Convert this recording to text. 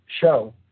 show